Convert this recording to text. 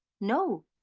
No